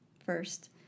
First